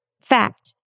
fact